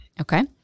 Okay